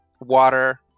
water